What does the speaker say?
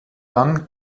dann